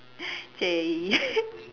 J